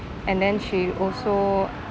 and then she also